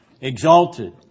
Exalted